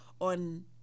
on